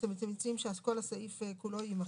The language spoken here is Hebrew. אתם מציעים שכל הסעיף כולו יימחק.